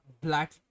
black